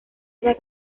está